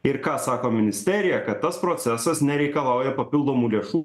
ir ką sako ministerija kad tas procesas nereikalauja papildomų lėšų